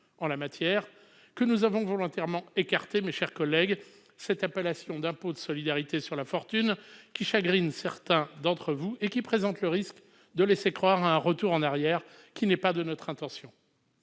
en la matière, que nous avons volontairement écarté, mes chers collègues, l'appellation d'impôt de solidarité sur la fortune, qui chagrine certains d'entre vous et présente le risque de laisser croire à un retour en arrière sans rapport avec notre intention.